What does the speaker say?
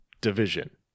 division